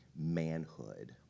manhood